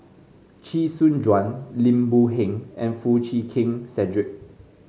Chee Soon Juan Lim Boon Heng and Foo Chee Keng Cedric